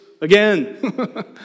again